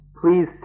please